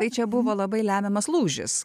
tai čia buvo labai lemiamas lūžis